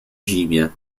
zimie